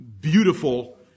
beautiful